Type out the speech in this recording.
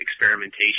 experimentation